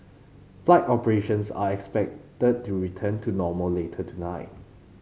flight operations are expected to return to normal later tonight